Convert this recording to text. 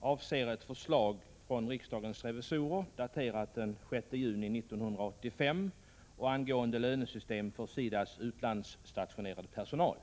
avser ett förslag från riksdagens revisorer daterat den 6 juni 1985 angående lönesystemen för SIDA:s utlandsstationerade personal.